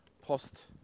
post